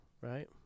right